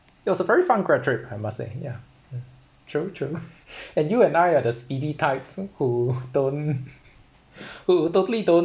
that was a very fun grad trip I must say ya um true true and you and I are the speedy types who don't who totally don't